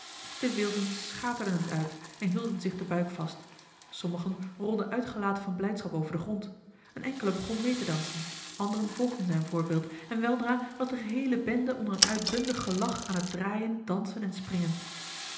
de wilden schaterden het uit en hielden zich den buik vast sommigen rolden uitgelaten van blijdschap over den grond een enkele begon mee te dansen anderen volgden zijn voorbeeld en weldra was de geheele bende onder een uitbundig gelach aan het draaien dansen en springen